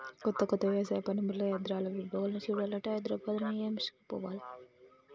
కొత్త కొత్త వ్యవసాయ పనిముట్లు యంత్రాల విభాగాలను చూడాలంటే హైదరాబాద్ నిమాయిష్ కు పోవాలే